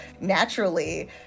naturally